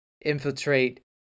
infiltrate